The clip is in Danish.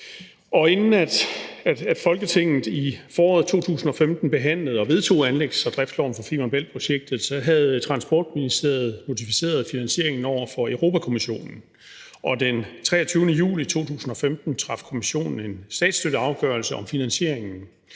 Inden Folketinget i foråret 2015 behandlede og vedtog anlægs- og driftsloven for Femern Bælt-projektet, havde Transportministeriet notificeret finansieringen over for Europa-Kommissionen, og den 23. juli 2015 traf Kommissionen en statsstøtteafgørelse om finansieringen,